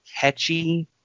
catchy